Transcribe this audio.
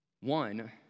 One